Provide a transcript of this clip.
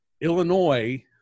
Illinois